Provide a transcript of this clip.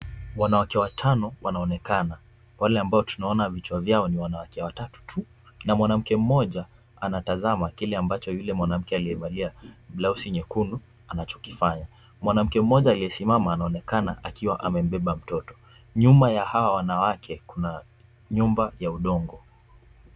Wanawake watano wanaonekana, wale ambao tunaona vichwa vyao ni wanawake watatu tu na mwanamke mmoja anatazama kile ambacho yule mwanamke aliyevalia blausi nyekundu anachokifanya. Mwanamke mmoja aliyesimama anaonekana akiwa amembeba mtoto. Nyuma ya hawa wanawake kuna nyumba ya udongo.